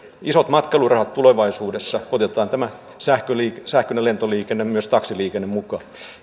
isot matkailurahat tulevaisuudessa otetaan tämä sähköinen lentoliikenne ja myös taksiliikenne mukaan